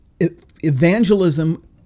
evangelism